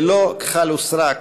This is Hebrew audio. ללא כחל ושרק,